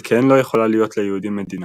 על כן, לא יכולה להיות ליהודים מדינה.